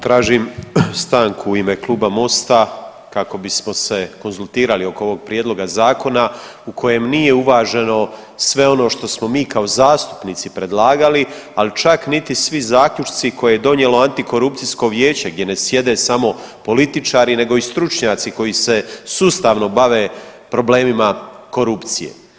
Tražim stanku u ime Kluba Mosta kako bismo se konzultirali oko ovog prijedloga zakona u kojem nije uvaženo sve ono što smo mi kao zastupnici predlagali, al čak niti svi zaključci koje je donijelo Antikorupcijsko vijeće gdje ne sjede samo političari nego i stručnjaci koji se sustavno bave problemima korupcije.